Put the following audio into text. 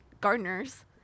gardeners